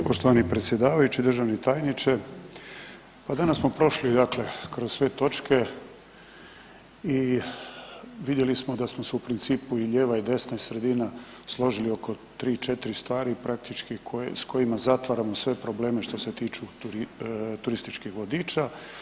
Poštovani predsjedavajući, državni tajniče pa danas smo prošli dakle kroz sve točke i vidjeli smo da smo se u principu i lijeva i desna sredina složili oko 3-4 stvari i praktički s kojima zatvaramo sve probleme što se tiču turističkih vodiča.